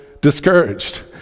discouraged